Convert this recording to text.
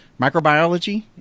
microbiology